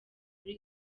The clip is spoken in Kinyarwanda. kuri